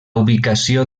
ubicació